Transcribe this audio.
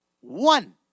one